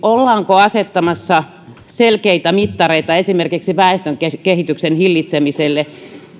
asettamassa selkeitä mittareita esimerkiksi väestön kehityksen hillitsemiselle